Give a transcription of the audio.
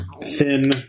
thin